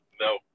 No